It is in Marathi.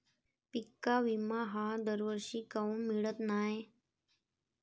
पिका विमा हा दरवर्षी काऊन मिळत न्हाई?